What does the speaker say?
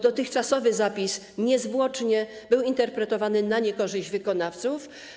Dotychczasowy zapis niezwłocznie był interpretowany na niekorzyść wykonawców.